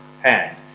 hand